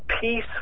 peace